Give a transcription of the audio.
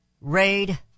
raid